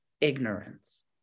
ignorance